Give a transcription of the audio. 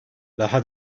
daha